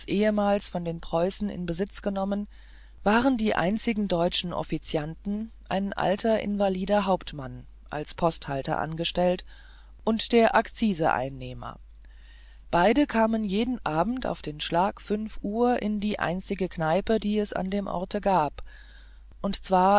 ehemals von den preußen in besitz genommen waren die einzigen deutschen offizianten ein alter invalider hauptmann als posthalter angestellt und der akziseeinnehmer beide kamen jeden abend auf den schlag fünf uhr in der einzigen kneipe die es an dem orte gab und zwar